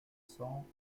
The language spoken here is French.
cents